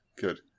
good